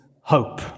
hope